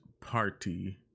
Party